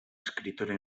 escritora